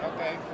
Okay